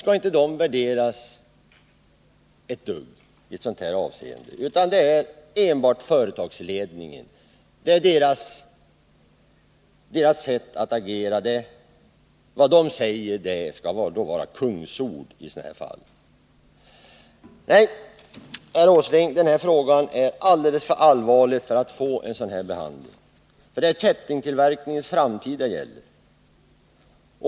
Skall sådant inte värderas ett enda dugg i det här avseendet? Skall enbart företagsledningens sätt att agera vara avgörande? Vad man där säger är tydligen kungsord i sådana här fall. Nej, herr Åsling, denna fråga är alldeles för allvarlig för att få en sådan här behandling. Det är kättingtillverkningens framtid det gäller.